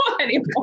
anymore